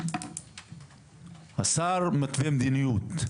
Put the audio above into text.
השר מתווה מדיניות.